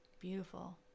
Beautiful